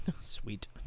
Sweet